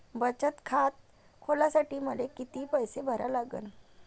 बचत खात खोलासाठी मले किती पैसे भरा लागन?